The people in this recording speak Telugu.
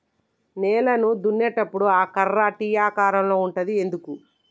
నేలను దున్నేటప్పుడు ఆ కర్ర టీ ఆకారం లో ఉంటది ఎందుకు?